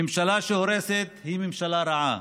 ממשלה שהורסת היא ממשלה רעה.